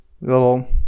little